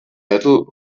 metal